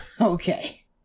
Okay